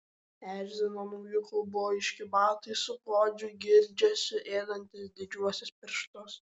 erzino nauji kaubojiški batai su godžiu girgždesiu ėdantys didžiuosius pirštus